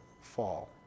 fall